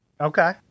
Okay